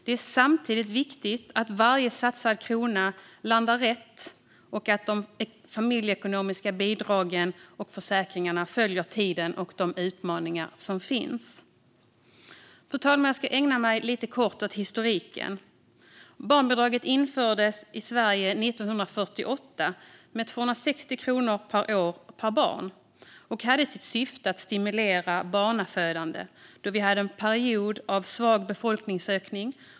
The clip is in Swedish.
Det är samtidigt viktigt att varje satsad krona landar rätt och att de familjeekonomiska bidragen och försäkringarna följer tiden och de utmaningar som finns. Fru talman! Jag ska ägna mig lite kort åt historiken. Barnbidraget infördes i Sverige 1948 med 260 kronor per år per barn och hade till syfte att stimulera barnafödande då Sverige hade en period av svag befolkningsökning.